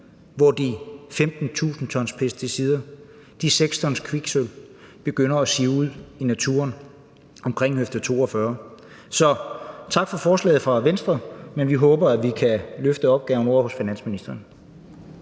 hvor de 15 t pesticider og de 6 t kviksølv begynder at sive ud i naturen omkring Høfde 42? Så tak for forslaget fra Venstre, men vi håber, at vi kan løfte opgaven ovre hos finansministeren.